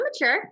mature